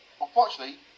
Unfortunately